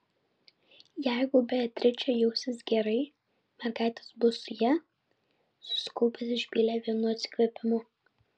jeigu beatričė jausis gerai mergaitės bus su ja susikaupęs išpylė vienu atsikvėpimu